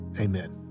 amen